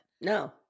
No